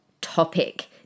topic